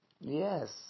Yes